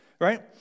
right